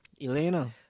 Elena